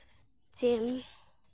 ᱡᱮ